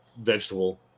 vegetable